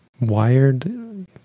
wired